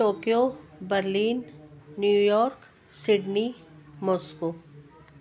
Tokyo Berlin New York Sydney Moscow